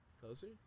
Closer